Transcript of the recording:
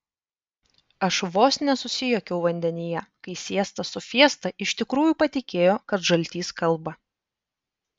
aš vos nesusijuokiau vandenyje kai siesta su fiesta iš tikrųjų patikėjo kad žaltys kalba